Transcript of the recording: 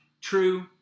true